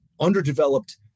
underdeveloped